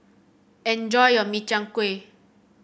enjoy your Min Chiang Kueh